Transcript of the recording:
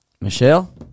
Michelle